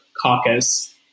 caucus